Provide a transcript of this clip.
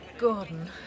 Gordon